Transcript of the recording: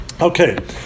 Okay